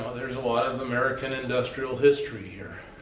um there's a lot of american industrial history here.